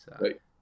Right